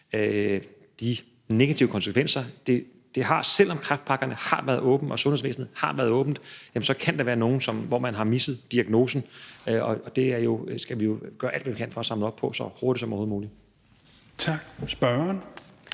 negative konsekvenser det har. Selv om kræftpakkerne har været åbne og sundhedsvæsenet har været åbent, jamen så kan der være nogle, hvor man har misset diagnosen, og det skal vi jo gøre alt, hvad vi kan, for at samle op på så hurtigt som